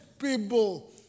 people